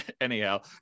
anyhow